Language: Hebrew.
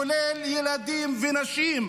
כולל ילדים ונשים,